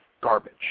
garbage